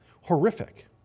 Horrific